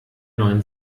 neuen